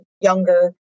younger